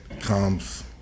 comes